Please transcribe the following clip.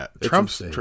Trump's